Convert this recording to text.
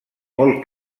molt